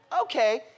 okay